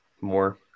More